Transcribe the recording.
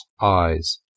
eyes